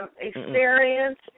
Experience